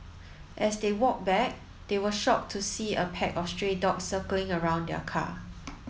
as they walked back they were shocked to see a pack of stray dogs circling around their car